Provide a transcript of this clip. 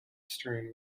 strewn